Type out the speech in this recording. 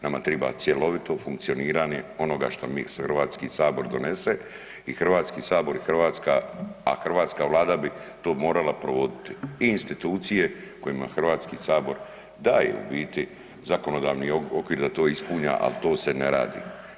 Nama triba cjelovito funkcioniranje onoga što mi, Hrvatski sabor donese i Hrvatski sabor i Hrvatska, a hrvatska Vlada bi to morala provoditi i institucije kojima Hrvatski sabor daje u biti zakonodavni okvir da to ispunja a to se ne radi.